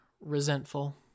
resentful